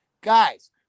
guys